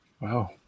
Wow